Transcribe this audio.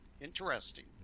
Interesting